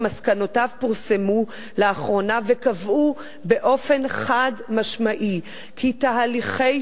מסקנותיו פורסמו לאחרונה וקבעו באופן חד-משמעי כי תהליכי